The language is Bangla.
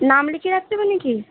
নাম লিখিয়ে রাখতে হবে নাকি